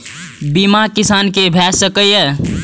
बीमा किसान कै भ सके ये?